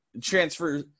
transfer